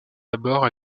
d’abord